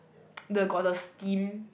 the got the steam